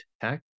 tech